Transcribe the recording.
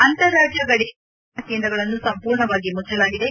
ಅಂತಾರಾಜ್ಯ ಗಡಿಗಳಲ್ಲಿನ ತಪಾಸಣಾ ಕೇಂದ್ರಗಳನ್ನು ಸಂಪೂರ್ಣವಾಗಿ ಮುಚ್ಚಲಾಗಿದೆ